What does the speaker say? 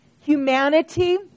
humanity